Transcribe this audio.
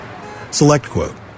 SelectQuote